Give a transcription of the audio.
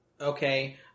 Okay